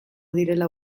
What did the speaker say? direla